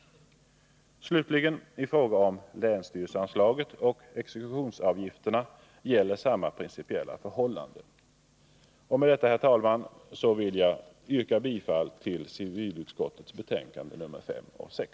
Slutligen: I fråga om länsstyrelseanslaget och exekutionsavgifterna gäller samma principiella förhållanden. Med detta, herr talman, vill jag yrka bifall till hemställan i civilutskottets betänkanden nr 5 och 6.